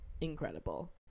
incredible